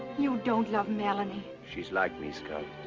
you don't love melanie. she's like me, scarlett.